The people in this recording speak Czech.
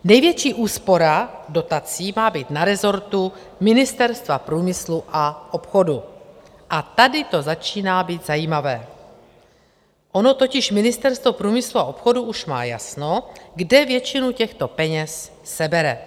Největší úspora dotací má být na rezortu Ministerstva průmyslu a obchodu a tady to začíná být zajímavé, ono totiž Ministerstvo průmyslu a obchodu už má jasno, kde většinu těchto peněz sebere.